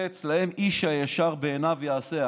הרי אצלם איש הישר בעיניו יעשה.